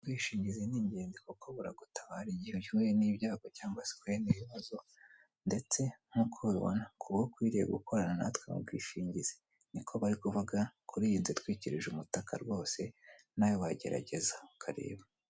Ubwishingizi ni ingenzi kuko buragutabara igihe uhuye n'ibyago cyangwa se uhuye n'ibibazo. Ndetse nkuko ubibona kuba ukwiriye gukorana natwe mu bwishingizi. Niko bari kuvuga kuri iyi nzu itwikirije umutaka rwose, nawe wagerageza ukareba.